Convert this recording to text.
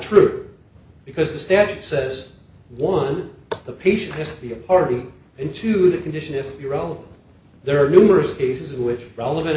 true because the statute says one the patient has to be a party into the condition if you're old there are numerous cases who have relevant